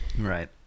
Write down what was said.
Right